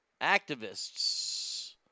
Activists